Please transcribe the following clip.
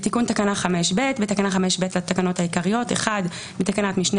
תיקון תקנה 5ב 2. בתקנה 5ב לתקנות העיקריות: (1) בתקנת משנה